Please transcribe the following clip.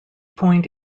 point